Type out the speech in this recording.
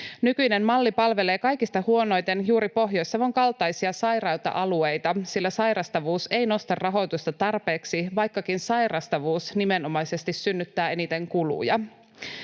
Nykyinen malli palvelee kaikista huonoiten juuri Pohjois-Savon kaltaisia sairaita alueita, sillä sairastavuus ei nosta rahoitusta tarpeeksi, vaikkakin sairastavuus nimenomaisesti synnyttää eniten kuluja.